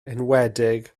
enwedig